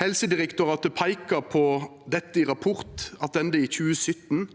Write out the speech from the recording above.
Helsedirektoratet peika på dette i ein rapport attende i 2017,